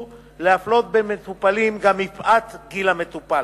להפלות בין מטופלים גם מפאת גיל המטופל.